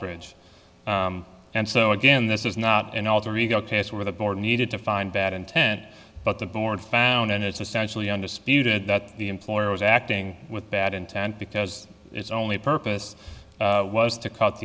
bridge and so again this is not an alter ego case where the board needed to find bad intent but the board found and it's essentially undisputed that the employer was acting with bad intent because its only purpose was to cut